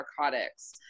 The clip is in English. Narcotics